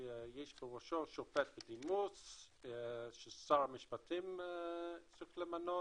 בראשה שופט בדימוס ששר המשפטים צריך למנות